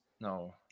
No